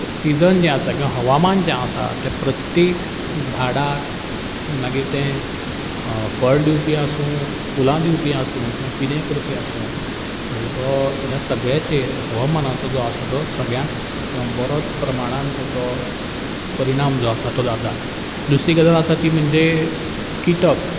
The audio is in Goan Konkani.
सिजन जें आसा किंवा हवामान जें आसा तें प्रत्येक झाडाक मागीर तें फळ दिवपी आसूं फुलां दिवपी आसूं किंवां कितेंय करपी आसूं हेजो ह्या सगळ्याचेर हवामानाचो जो आसा तो सगल्यांत किंवां बरोच प्रमाणांत तेजो परिणाम जो आसा तो जाता दुसरी गजाल आसा ती म्हणजे किटक